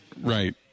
Right